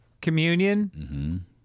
communion